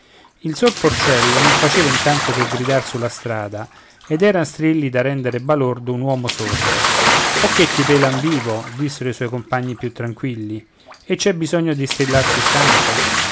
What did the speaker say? il sor porcello non faceva intanto che gridar sulla strada ed eran strilli da rendere balordo un uomo sordo o che ti pelan vivo dissero i suoi compagni più tranquilli e c'è bisogno di strillar sì tanto